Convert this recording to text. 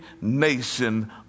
nation